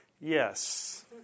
Yes